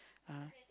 uh